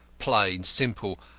plain, simple,